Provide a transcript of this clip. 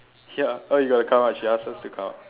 ya oh you got to come out she ask us to come out